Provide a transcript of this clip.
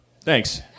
Thanks